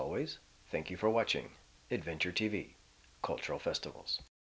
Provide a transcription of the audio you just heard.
always thank you for watching adventure t v cultural festivals